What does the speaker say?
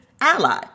Ally